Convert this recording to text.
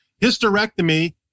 hysterectomy